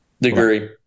Degree